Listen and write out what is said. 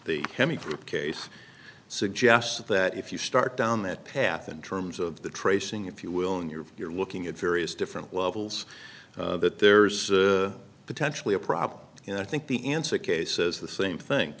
l case suggests that if you start down that path in terms of the tracing if you will in your you're looking at various different levels that there's potentially a problem and i think the answer kay says the same thing